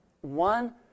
one